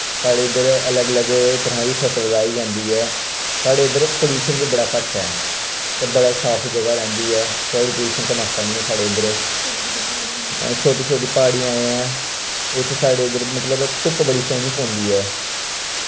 साढ़े इध्दर अलग अलग तराह् दी फसल राई जंदी ऐ साढ़े इध्दर पोल्लुशण वी बड़ा घट्ट ऐ ते बड़ा साफ जगाह् रैंह्दी ऐ सायल पोल्लुशण ते मासा निं ऐ साढ़े इध्दर छोटी छोटी प्हाड़ियां ऐं इत्थें साढ़े इध्दर मतलब धुप्प बड़ी सोह्नी पौंदी ऐ